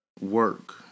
work